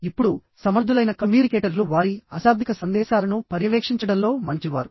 ఇప్పుడు సమర్థులైన కమ్యూనికేటర్లు వారి అశాబ్దిక సందేశాలను పర్యవేక్షించడంలో మంచివారు